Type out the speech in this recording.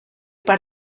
gran